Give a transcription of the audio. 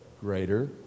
greater